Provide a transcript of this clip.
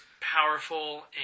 powerful